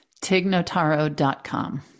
Tignotaro.com